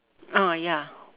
ah ya